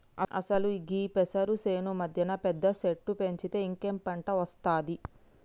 అసలు గీ పెసరు సేను మధ్యన పెద్ద సెట్టు పెంచితే ఇంకేం పంట ఒస్తాది